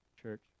church